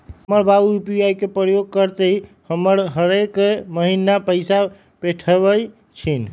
हमर बाबू यू.पी.आई के प्रयोग करइते हमरा हरेक महिन्ना पैइसा पेठबइ छिन्ह